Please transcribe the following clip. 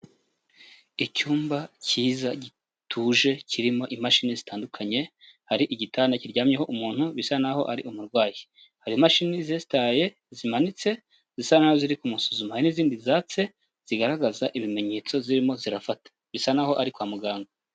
Icyumba cyiza gituje kirimo imashini zitandukanye, hari igitanda kiryamyeho umuntu bisa naho ari umurwayi, hari imashini zensitaye, zimanitse zisa naho ziri kumusuzuma, hari n'izindi zatse zigaragaza ibimenyetso zirimo zirafata, bisa naho ari kwa muganga.